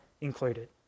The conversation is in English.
included